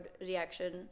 reaction